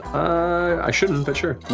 i shouldn't, but sure.